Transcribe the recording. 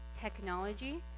technology